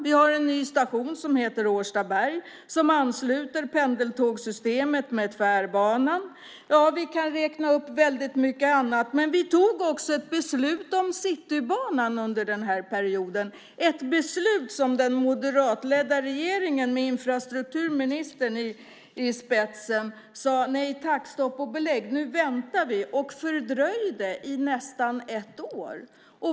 Vi har en ny station som heter Årstaberg, som ansluter pendeltågssystemet till Tvärbanan. Vi kan räkna upp väldigt mycket annat. Men vi fattade också ett beslut om Citybanan under den perioden, ett beslut som den moderatledda regeringen med infrastrukturministern i spetsen sade nej tack till. Man sade: Stopp och belägg, nu väntar vi. Man fördröjde i nästan ett år.